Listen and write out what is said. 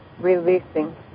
releasing